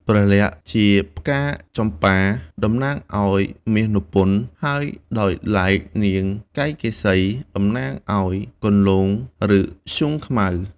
ព្រះលក្សណ៍ជាផ្កាចម្ប៉ាតំណាងឱ្យមាសនព្វន្ត ហើយដោយឡែកតែនាងកៃកេ សី តំណាងឱ្យកន្លង់ឬធ្យូងខ្មៅ។